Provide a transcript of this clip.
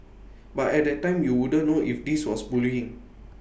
but at that time you wouldn't know if this was bullying